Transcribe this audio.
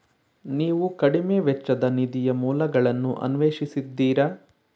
ನೀವು ಕಡಿಮೆ ವೆಚ್ಚದ ನಿಧಿಯ ಮೂಲಗಳನ್ನು ಅನ್ವೇಷಿಸಿದ್ದೀರಾ?